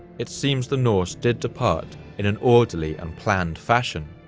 it seems the norse did depart in an orderly and planned fashion.